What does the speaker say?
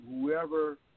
whoever